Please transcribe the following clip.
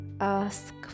ask